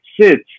sits